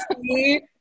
see